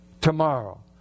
Tomorrow